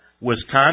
Wisconsin